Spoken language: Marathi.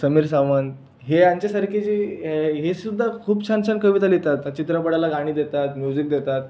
समीर सावंत हे यांच्यासारखे जे हे सुद्धा खूप छान छान कविता लिहिततात चित्रपटाला गाणी देतात म्युझिक देतात